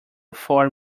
four